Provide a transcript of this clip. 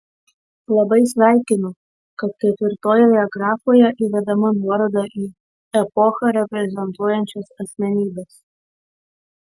labai sveikinu kad ketvirtojoje grafoje įvedama nuoroda į epochą reprezentuojančias asmenybes